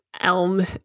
Elm